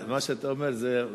מה שאתה אומר זה,